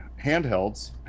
handhelds